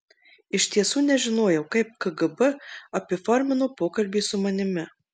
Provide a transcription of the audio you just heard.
iš tiesų nežinojau kaip kgb apiformino pokalbį su manimi